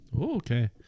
Okay